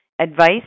advice